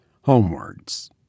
homewards